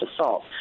assault